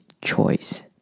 choice